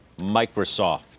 Microsoft